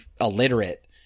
illiterate